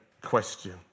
question